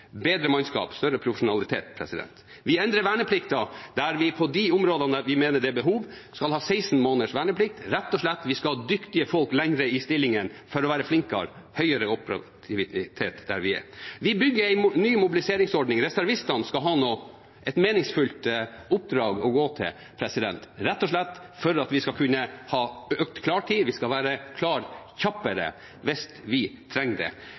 bedre mannskap, større profesjonalitet. Vi endrer verneplikten på de områdene vi mener det er behov. Vi skal ha 16 måneders verneplikt, vi skal ha dyktige folk lenger i stillingene – for å være flinkere og ha større operativitet der vi er. Vi bygger en ny mobiliseringsordning – reservistene skal ha et meningsfylt oppdrag å gå til – rett og slett for at vi skal kunne ha økt klartid. Vi skal være klare kjappere hvis vi trenger det. Vi endrer utdanningen og personellordningen slik at vi kan ha spesialister i styrkene. Det